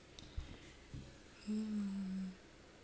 hmm